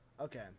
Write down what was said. Okay